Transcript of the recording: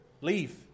Leave